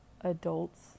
adults